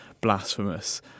blasphemous